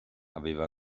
aveva